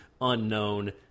unknown